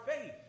faith